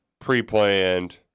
pre-planned